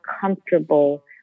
comfortable